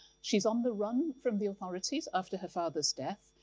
she's on the run from the authorities after her father's death.